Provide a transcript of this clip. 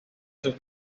sus